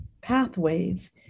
pathways